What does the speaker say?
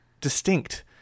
distinct